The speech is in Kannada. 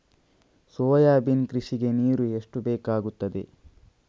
ಸೋಯಾಬೀನ್ ಕೃಷಿಗೆ ನೀರು ಎಷ್ಟು ಬೇಕಾಗುತ್ತದೆ?